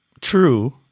true